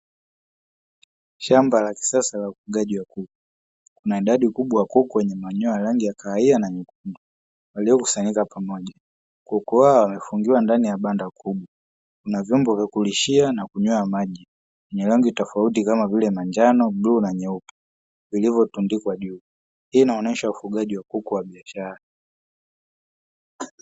Shamba la kisasa la ufugaji wa kuku. Kuna idadi kubwa ya kuku wenye manyoya ya rangi ya kahawia na nyekundu yaliyokusanyika pamoja. Kuku hawa wamefungiwa ndani ya banda kubwa na vyombo vya kulishia na kunywea maji vyenye rangi tofauti kama vile; Manjano, Bluu na Nyeupe vilivyotundikwa juu. Hii inaonesha ufugaji wa kuku wa biashara.